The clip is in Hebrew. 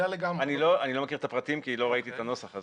אני לא מכיר את הפרטים כי לא ראיתי את הנוסח.